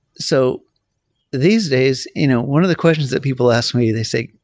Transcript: so these days, you know one of the questions that people ask me, they say,